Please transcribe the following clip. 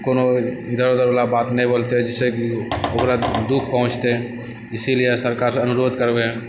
कोनो ईधर उधरवला बात नहि बोलतै जाहिसँ कि ओकरा दुःख पहुँचतै इसीलिए सरकारसँ अनुरोध करबै